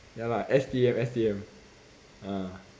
ya lah S_T_M S_T_M ah